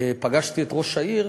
פגשתי את ראש העיר.